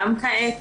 גם כעת,